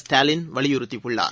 ஸ்டாலின் வலியுறுத்தியுள்ளார்